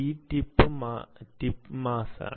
c ടിപ്പ് മാസ് ആണ്